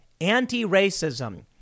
anti-racism